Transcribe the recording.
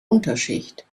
unterschicht